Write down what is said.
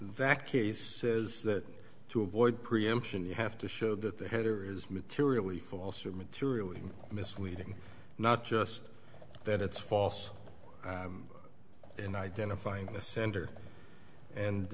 that case says that to avoid preemption you have to show that the header is materially false or materially misleading not just that it's false in identifying the sender and